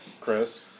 Chris